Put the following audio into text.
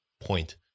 point